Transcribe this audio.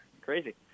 Crazy